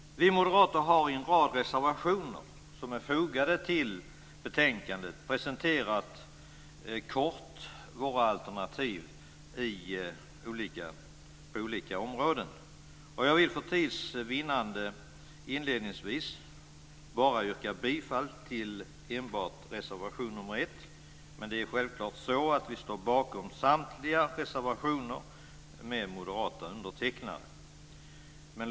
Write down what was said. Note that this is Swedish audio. Vi moderater har i en rad reservationer i betänkandet helt kort presenterat våra alternativ på olika områden. För tids vinnande ska jag inledningsvis yrka bifall enbart till reservation nr 1 men självklart står vi moderater bakom samtliga reservationer som har moderata undertecknare.